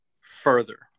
further